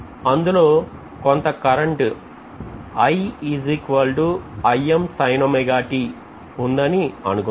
అందులో కొంత కరంటుఉందని అనుకుందాం